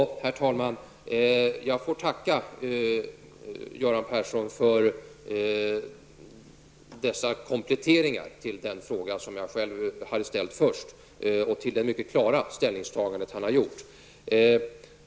Herr talman! Jag får tacka Göran Persson för dessa kompletteringar till den fråga som jag själv först hade ställt och för det mycket klara ställningstagande som han har gjort.